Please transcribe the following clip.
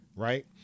Right